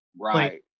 Right